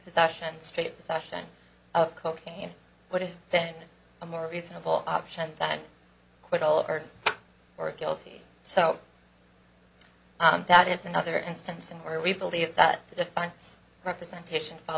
possession straight possession of cocaine would have been a more reasonable option than quit all over or guilty so that is another instance in where we believe that the defense representation fall